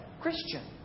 Christian